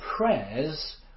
prayers